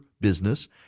business